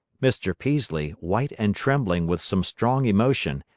mr. peaslee, white and trembling with some strong emotion,